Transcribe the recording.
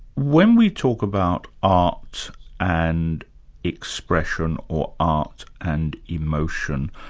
when we talk about art and expression or art and emotion,